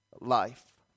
life